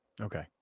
Okay